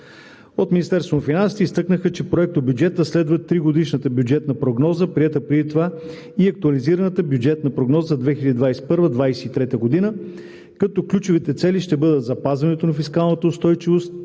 изтъкнаха, че проектобюджетът следва тригодишната бюджетна прогноза, приета преди това, и Актуализираната бюджетна прогноза за 2021 – 2023 г., като ключовите цели ще бъдат запазването на фискалната устойчивост